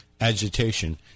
agitation